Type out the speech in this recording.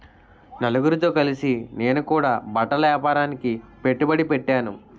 నలుగురితో కలిసి నేను కూడా బట్టల ఏపారానికి పెట్టుబడి పెట్టేను